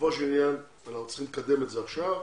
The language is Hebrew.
בסופו של דבר צריך לקדם את זה עכשיו.